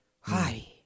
Hi